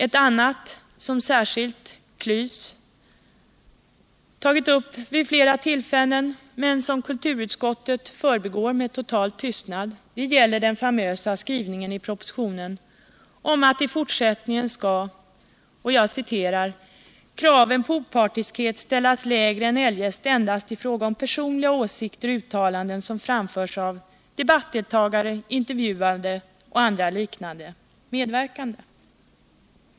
Ett annat, som särskilt KLYS tagit upp vid flera tillfällen men som kulturutskottet förbigår med total tystnad, är den famösa skrivningen i propositionen om att i fortsättningen skall ”kraven på opartiskhet ställas lägre än eljest endast i fråga om personliga åsikter och uttalanden som framförs av debattdeltagare, intervjuade och andra liknande medverkande”.